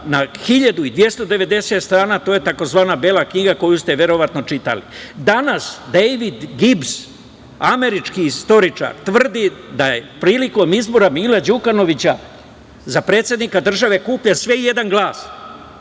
na 1290 strana. To je tzv. „Bela knjiga“, koju ste verovatno čitali. Danas Dejvid Gibs, američki istoričar, tvrdi da je prilikom izbora Mila Đukanovića za predsednika države kupljen sve i jedan glas.